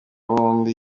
bombi